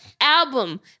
album